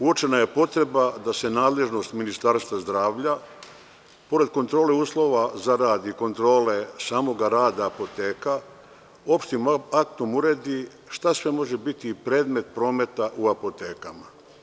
Uočena je potreba da se nadležnost Ministarstva zdravlja, pored kontrole uslova za rad i kontrole samog rada apoteka, opštim aktom uredi šta sve može biti predmet prometa u apotekama.